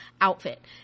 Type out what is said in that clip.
outfit